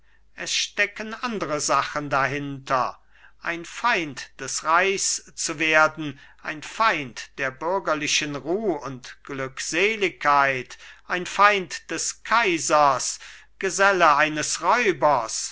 es stecken andere sachen dahinter ein feind des reichs zu werden ein feind der bürgerlichen ruh und glückseligkeit ein feind des kaisers geselle eines räubers